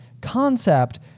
concept